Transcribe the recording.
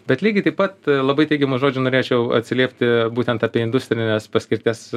bet lygiai taip pat labai teigiamu žodžiu norėčiau atsiliepti būtent apie industrinės paskirties